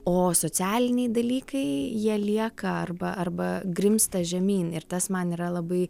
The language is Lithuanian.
o socialiniai dalykai jie lieka arba arba grimzta žemyn ir tas man yra labai